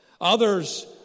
Others